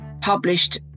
published